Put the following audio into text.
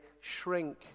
shrink